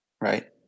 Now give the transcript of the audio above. Right